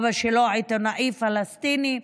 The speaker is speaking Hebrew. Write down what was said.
אבא שלו עיתונאי פלסטיני,